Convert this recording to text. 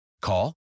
Call